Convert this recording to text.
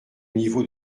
niveau